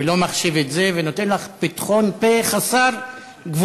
ולא מחשיב את זה ונותן לך פתחון פה חסר גבולות.